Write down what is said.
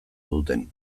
duten